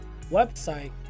website